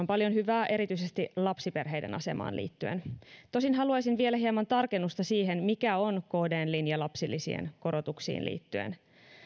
paljon hyvää erityisesti lapsiperheiden asemaan liittyen tosin haluaisin vielä hieman tarkennusta siihen mikä on kdn linja lapsilisien korotuksiin liittyen